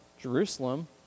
Jerusalem